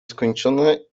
skończone